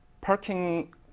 parking